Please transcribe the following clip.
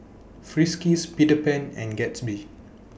Friskies Peter Pan and Gatsby